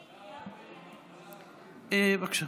בבקשה,